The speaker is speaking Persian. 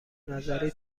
نظری